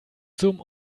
zum